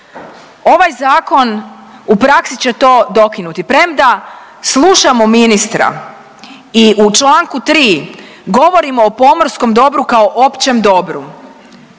Ovaj zakon u praksi će to dokinuti, premda slušamo ministra i u čl. 3 govorimo o pomorskom dobru kao o općem dobru,